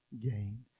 gain